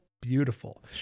beautiful